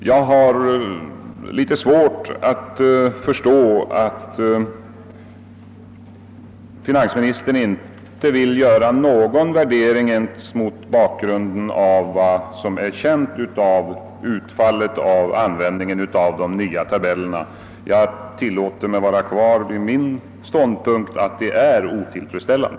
Jag har svårt att förstå att finansministern inte vill göra någon värdering — ens mot bakgrunden av vad som nu är känt beträffande utfallet — av användningen av de nya tabellerna. Jag tillåter mig att stå fast vid min ståndpunkt att detta är otillfredsställande.